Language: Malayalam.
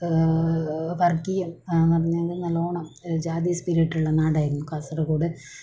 വർഗീയ എന്ന് പറഞ്ഞാൽ നല്ലവണ്ണം ജാതി സ്പിരിറ്റ് ഉള്ള നാടായിരുന്നു കാസർഗോഡ്